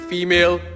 Female